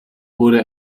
wurde